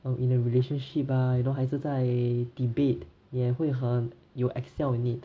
um in a relationship ah you know 还是在 debate 你也会很 you will excel in it